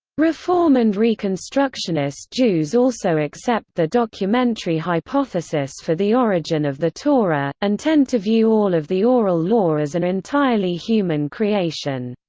reform and reconstructionist jews also accept the documentary hypothesis for the origin of the torah, and tend to view all of the oral law as an entirely human creation.